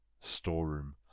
storeroom